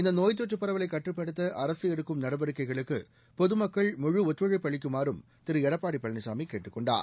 இந்த நோய் தொற்று பரவலை கட்டுப்படுத்த அரசு எடுக்கும் நடவடிக்கைகளுக்கு பொதுமக்கள் முழு ஒத்துழைப்பு அளிக்கமாறும் திரு எடப்பாடி பழனிசாமி கேட்டுக் கொண்டார்